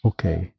Okay